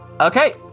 Okay